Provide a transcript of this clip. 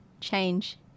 change